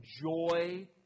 joy